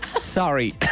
Sorry